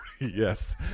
yes